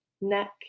neck